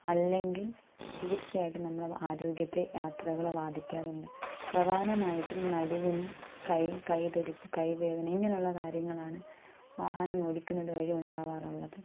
അല്ലെങ്കിൽ തീർച്ചയായിട്ടും നമ്മളെ ആരോഗ്യത്തെ യാത്രകൾ ബാധിക്കാറുണ്ട് പ്രധാനമായിട്ടും നടുവിന് കൈ കൈ തരിപ്പ് കൈ വേദന ഇങ്ങനെയുള്ള കാര്യങ്ങളാണ് വാഹനം ഓടിക്കുന്നത് വഴി ഉണ്ടാവാറുള്ളത്